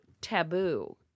taboo